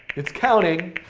it's counting.